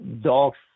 dogs